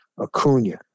Acuna